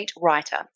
Writer